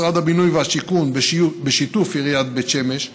משרד הבינוי והשיכון, בשיתוף עיריית בית שמש,